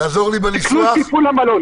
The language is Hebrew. אחראי על תפעול המלון.